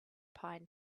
pine